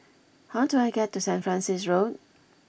how do I get to Saint Francis Road